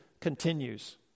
continues